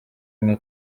nka